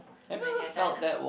when you are done ah